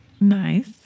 Nice